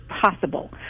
possible